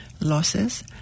losses